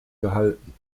gehalten